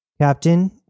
Captain